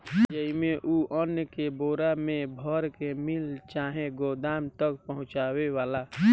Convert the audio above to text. जेइमे, उ अन्न के बोरा मे भर के मिल चाहे गोदाम तक पहुचावेला